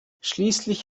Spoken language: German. schließlich